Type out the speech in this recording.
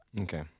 Okay